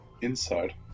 inside